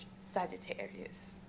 sagittarius